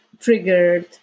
triggered